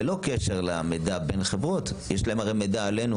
ללא קשר למידע בין החברות יש להם מידע עלינו